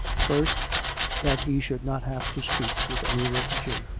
first that he should not have to speak with any refu gee,